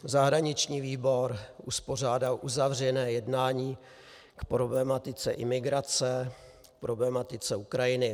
Zahraniční výbor uspořádal uzavřené jednání k problematice imigrace, k problematice Ukrajiny.